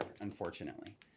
unfortunately